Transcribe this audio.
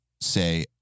say